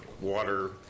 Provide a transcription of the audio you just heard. water